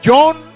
John